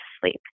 sleep